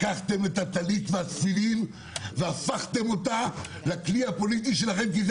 לקחתם את הטלית והתפילין והפכתם אותה לכלי הפוליטי שלכם כי זה